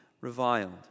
reviled